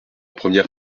première